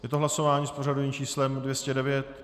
Je to hlasování s pořadovým číslem 209.